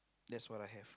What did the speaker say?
that's what I have